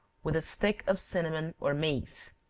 with a stick of cinnamon or mace.